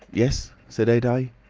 yes? said adye.